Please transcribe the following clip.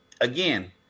Again